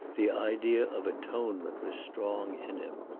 the idea of atonement was strong in him.